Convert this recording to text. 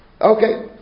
Okay